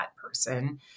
person